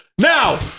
Now